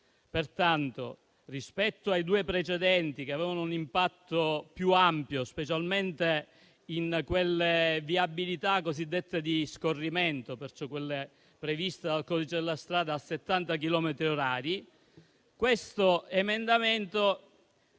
Pertanto, rispetto ai due precedenti che avevano un impatto più ampio, specialmente in quelle viabilità cosiddette di scorrimento (quelle previste dal codice della strada a 70 chilometri orari), questo emendamento